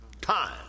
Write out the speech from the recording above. time